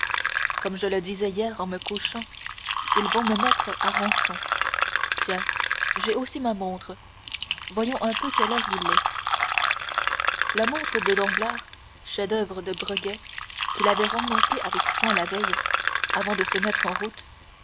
comme je le disais hier en me couchant ils vont me mettre à rançon tiens j'ai aussi ma montre voyons un peu quelle heure il est la montre de danglars chef-d'oeuvre de bréguet qu'il avait remontée avec soin la veille avant de se mettre en route